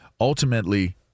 Ultimately